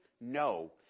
No